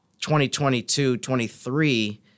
2022-23